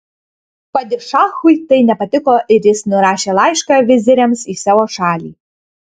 padišachui tai nepatiko ir jis nurašė laišką viziriams į savo šalį